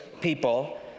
people